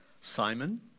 Simon